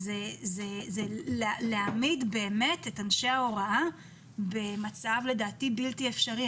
לדעתי להעמיד את אנשי ההוראה במצב בלתי אפשרי.